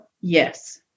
Yes